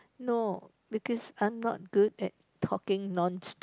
no because I'm not good at talking non stop